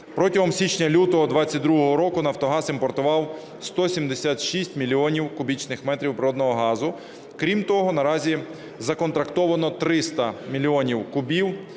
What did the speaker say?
Протягом січня-лютого 22-го року Нафтогаз імпортував 176 мільйонів кубічних метрів природного газу. Крім того, наразі законтрактовано 300 мільйонів